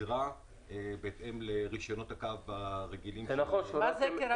כסדרה בהתאם לרישיונות הקו -- מה זה כרגיל,